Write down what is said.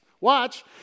watch